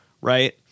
Right